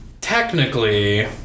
technically